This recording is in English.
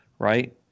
Right